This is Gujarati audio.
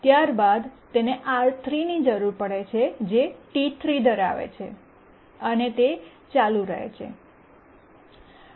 ત્યારબાદ તેને R3 ની જરૂર પડે છે જે T3 ધરાવે છે અને તે ચાલુ રહે છે